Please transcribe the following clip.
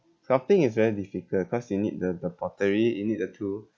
sculpting is very difficult cause you need the the pottery you need the tool